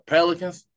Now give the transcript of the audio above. Pelicans